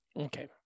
Okay